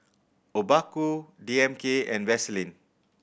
Obaku D M K and Vaseline